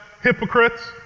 hypocrites